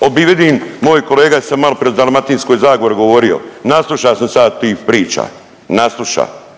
…/Govornik se ne razumije./… moj kolega sam maloprije o Dalmatinskoj zagori govorio, nasluša sam se ja tih priča, nasluša.